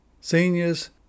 seniors